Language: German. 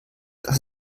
das